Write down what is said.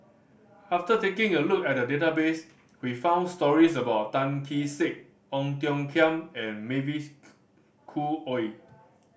after taking a look at the database we found stories about Tan Kee Sek Ong Tiong Khiam and Mavis Khoo Oei